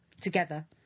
together